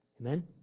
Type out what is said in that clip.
Amen